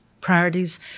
priorities